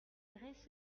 intérêts